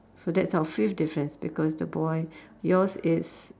so that's our fifth difference because the boy yours is